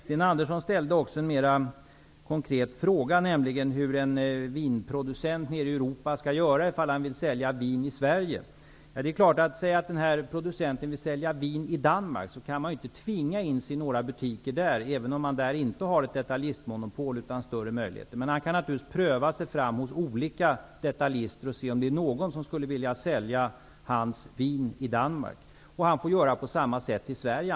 Sten Andersson ställde också en mera konkret fråga, nämligen hur en vinproducent från ett annat europeiskt land skall göra, om han vill sälja vin i Danmark, kan han inte tvinga sig in i några butiker där, även om man där inte har ett detaljistmonopol utan har större möjligheter. Men han kan naturligtvis pröva sig fram hos olika detaljister och se om någon vill sälja hans vin i Danmark. Han får också göra på samma sätt i Sverige.